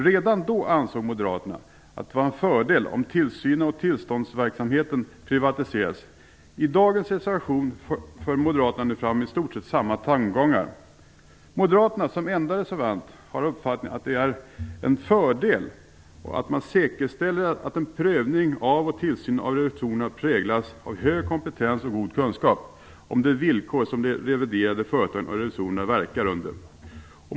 Redan då ansåg Moderaterna att det var en fördel om tillsynsoch tillståndsverksamheten privatiserades. I dagens reservation för Moderaterna fram i stort sett samma tankegångar. Moderaterna, som enda reservanter, har uppfattningen att detta är en fördel och att man säkerställer att prövning och tillsyn av revisorerna präglas av hög kompetens och god kunskap om de villkor som de reviderade företagen och revisorerna verkar under.